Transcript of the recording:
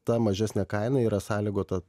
ta mažesnė kaina yra sąlygota